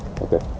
Okay